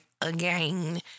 again